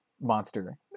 monster